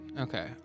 Okay